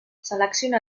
selecciona